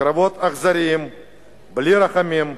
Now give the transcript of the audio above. קרבות אכזריים בלי רחמים,